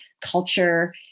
culture